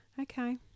Okay